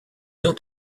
ont